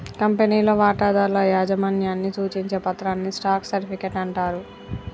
కంపెనీలో వాటాదారుల యాజమాన్యాన్ని సూచించే పత్రాన్ని స్టాక్ సర్టిఫికెట్ అంటారు